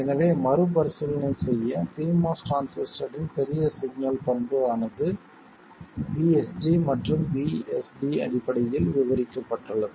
எனவே மறுபரிசீலனை செய்ய pMOS டிரான்சிஸ்டரின் பெரிய சிக்னல் பண்பு ஆனது VSG மற்றும் VSD அடிப்படையில் விவரிக்கப்பட்டுள்ளது